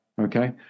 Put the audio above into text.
Okay